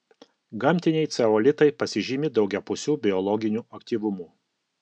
gamtiniai ceolitai pasižymi daugiapusiu biologiniu aktyvumu